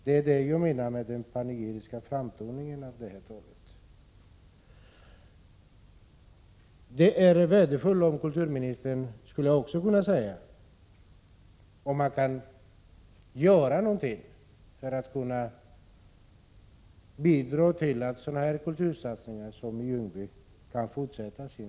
— Det är det jag menar med panegyrisk framtoning i talet. Det är värdefullt om kulturministern kan säga om han kan göra något för att bidra till att sådana satsningar som den i Ljungby kan fortsätta.